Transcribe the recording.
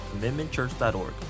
commitmentchurch.org